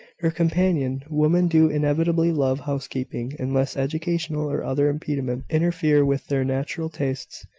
her companion. women do inevitably love housekeeping, unless educational or other impediments interfere with their natural tastes.